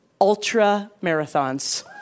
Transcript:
ultra-marathons